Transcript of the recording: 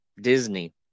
Disney